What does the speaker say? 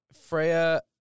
Freya